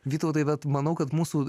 vytautai bet manau kad mūsų